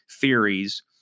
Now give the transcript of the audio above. theories